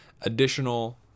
additional